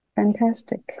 Fantastic